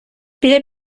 біля